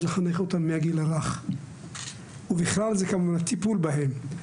לחנך אותם מהגיל הרך ובכללן זה כמובן הטיפול בהם.